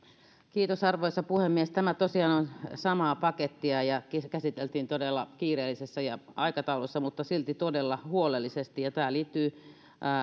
arvoisa puhemies tämä tosiaan on samaa pakettia ja käsiteltiin todella kiireellisessä aikataulussa mutta silti todella huolellisesti ja tämä liittyy